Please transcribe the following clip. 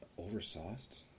Oversauced